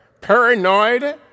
paranoid